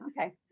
okay